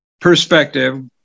perspective